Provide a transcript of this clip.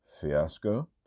fiasco